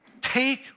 take